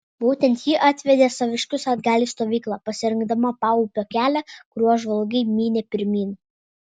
būtent ji atvedė saviškius atgal į stovyklą pasirinkdama paupio kelią kuriuo žvalgai mynė pirmyn